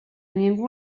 ningú